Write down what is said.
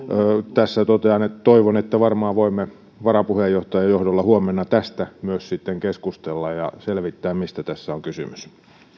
tässä toivon että varmaan voimme varapuheenjohtajan johdolla huomenna tästä myös sitten keskustella ja selvittää mistä tässä on kysymys